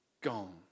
Gone